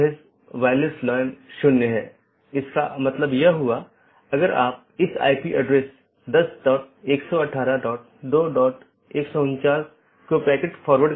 BGP चयन एक महत्वपूर्ण चीज है BGP एक पाथ वेक्टर प्रोटोकॉल है जैसा हमने चर्चा की